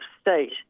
State